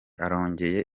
arongoye